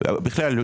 בכלל,